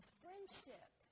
friendship